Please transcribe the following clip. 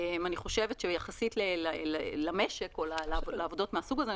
אני חושבת שיחסית למשק ויחסית לעבודות מהסוג הזה,